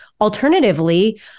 Alternatively